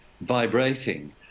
vibrating